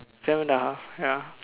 seven the half ya